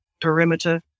perimeter